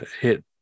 hit